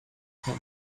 pen